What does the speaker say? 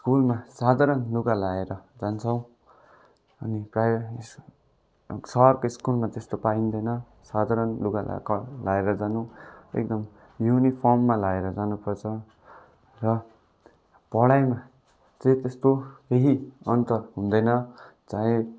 स्कुलमा साधारण लुगा लाएर जान्छौँ अनि प्रायः सहरको स्कुलमा त्यस्तो पाइँदैन साधारण लुगा लाएर जानु एकदम युनिफर्ममा लाएर जानुपर्छ र पढाइमा चाहिँ त्यस्तो केही अन्तर हुँदैन चाहे